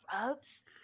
rubs